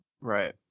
right